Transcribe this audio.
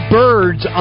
birds